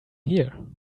here